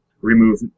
remove